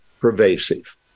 pervasive